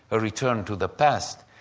a return to the past.